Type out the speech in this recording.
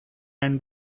and